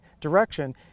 direction